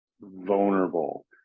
vulnerable